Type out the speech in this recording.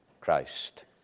christ